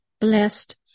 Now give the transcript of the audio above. blessed